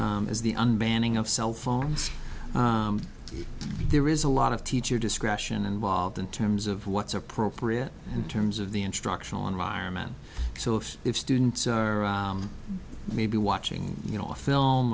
as the un banning of cell phones there is a lot of teacher discretion and volved in terms of what's appropriate in terms of the instructional environment so if students are maybe watching you know a film